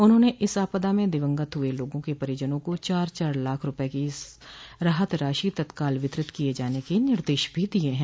उन्होंने इस आपदा में दिवंगत हुए लोगों के परिजनों को चार चार लाख रूपये की राहत राशि तत्काल वितरित किये जाने के निर्देश भी दिये हैं